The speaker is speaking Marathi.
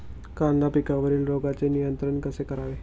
कांदा पिकावरील रोगांचे नियंत्रण कसे करावे?